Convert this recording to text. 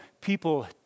people